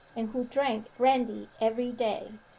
and who drank brandy every day.